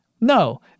No